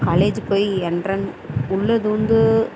college போய் entrance உள்ளது வந்து